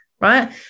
right